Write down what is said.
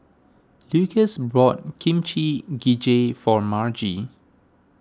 Lukas bought Kimchi Jjigae for Margie